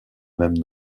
même